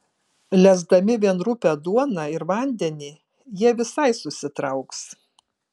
lesdami vien rupią duoną ir vandenį jie visai susitrauks